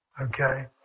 Okay